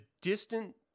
distant